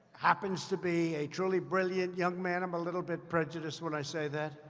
happens to be a truly brilliant young man. i'm a little bit prejudice when i say that.